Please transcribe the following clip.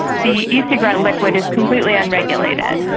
the ecigarettes liquid is completely unregulated.